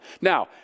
Now